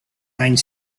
any